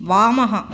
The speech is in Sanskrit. वामः